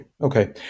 Okay